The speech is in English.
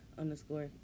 underscore